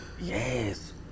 yes